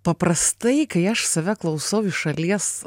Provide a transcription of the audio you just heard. paprastai kai aš save klausau iš šalies